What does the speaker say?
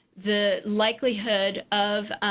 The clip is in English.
the likelihood of